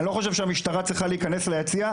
אני לא חושב שהמשטרה צריכה להיכנס ליציע,